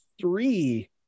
three